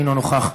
אינו נוכח.